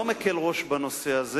אני לא מקל ראש בנושא הזה.